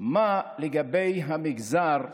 מה לגבי המגזר הערבי.